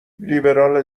لیبرال